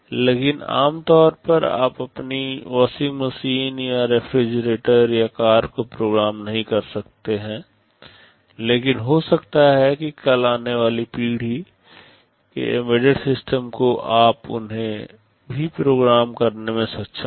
इसलिए आम तौर पर आप अपनी वॉशिंग मशीन या रेफ्रिजरेटर या कार को प्रोग्राम नहीं कर सकते हैं लेकिन हो सकता है कि कल आने वाली पीढ़ी के एम्बेडेड सिस्टम को आप उन्हें भी प्रोग्राम करने में सक्षम हों